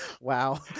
Wow